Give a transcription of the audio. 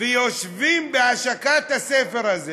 ויושבים בהשקת הספר הזה